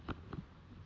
oh